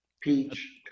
peach